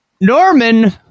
Norman